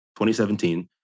2017